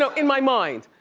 so in my mind.